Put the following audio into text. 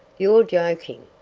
you're joking.